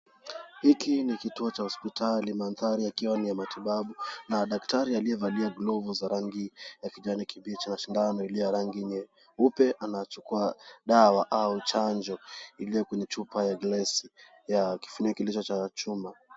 Hiki ni kituo cha hospitali mandhari yakiwa ni ya matibabu na daktari aliyevalia glovu za rangi ya kijani kibichi ana sindano iliyo ya rangi ya nyeupe. Anachukua dawa au chanjo iliyo kwenye chupa ya glasi ya kifuniko kilicho cha chuma.